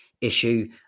issue